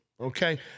Okay